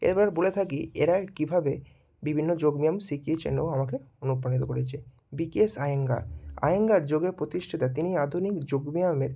এবার বলে থাকি এরা কীভাবে বিভিন্ন যোগব্যায়াম শিখিয়েছেন ও আমাকে অনুপ্রাণিত করেছে বিকেএস আয়েঙ্গার আয়েঙ্গার যোগের প্রতিষ্ঠাতা তিনি আধুনিক যোগব্যায়ামের